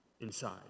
inside